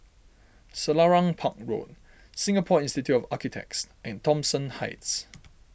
Selarang Park Road Singapore Institute of Architects and Thomson Heights